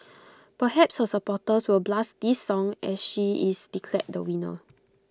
perhaps her supporters will blast this song as she is declared the winner